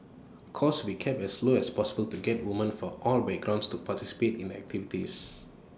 costs will kept as low as possible to get women for all backgrounds to participate in the activities